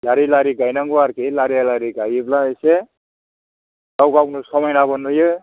लारि लारि गायनांगौ आरोखि लारि लारि गायोब्ला एसे गाव गावनो समायनाबो नुयो